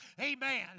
amen